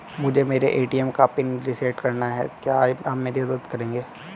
मुझे मेरे ए.टी.एम का पिन रीसेट कराना है क्या आप मेरी मदद करेंगे?